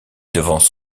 devance